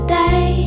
day